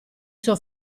suo